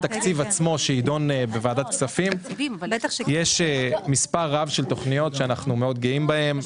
עצמו יש מספר רב של תכניות שאנחנו מאוד גאים בהן,